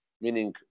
meaning